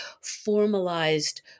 formalized